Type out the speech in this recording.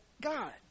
God